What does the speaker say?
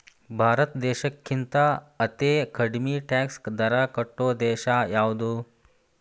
ಭಾರತ್ ದೇಶಕ್ಕಿಂತಾ ಅತೇ ಕಡ್ಮಿ ಟ್ಯಾಕ್ಸ್ ದರಾ ಕಟ್ಟೊ ದೇಶಾ ಯಾವ್ದು?